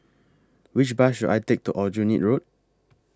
Which Bus should I Take to Aljunied Road